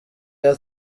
year